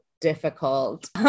difficult